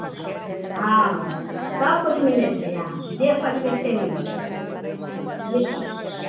हँ सभकिछु मिलै छै यहांँ जे खोजबै से मिलतै जे